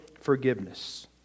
forgiveness